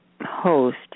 host